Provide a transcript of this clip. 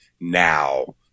now